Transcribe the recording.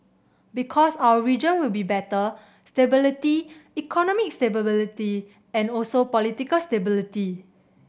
because our region will be better stability economic stability and also political stability